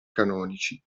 canonici